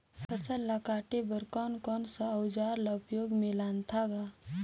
फसल ल काटे बर कौन कौन सा अउजार ल उपयोग में लानथा गा